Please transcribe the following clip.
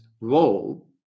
role